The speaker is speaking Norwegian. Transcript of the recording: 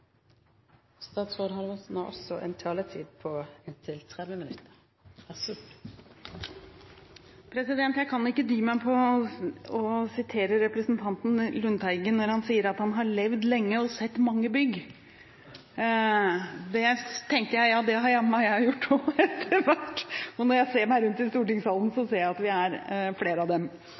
en kommentar til representanten Lundteigen når han sier at han levd lenge og sett mange bygg. Det har jammen meg jeg også gjort etter hvert, og når jeg ser meg rundt i stortingssalen, ser jeg at det er flere av